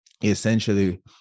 essentially